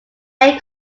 air